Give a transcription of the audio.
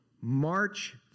March